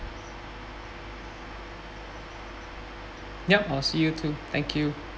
yup I'll see you too thank you